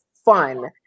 fun